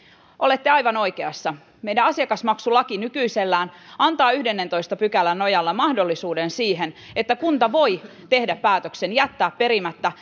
olette aivan oikeassa meidän asiakasmaksulaki nykyisellään antaa yhdennentoista pykälän nojalla mahdollisuuden siihen että kunta voi tehdä päätöksen jättää perimättä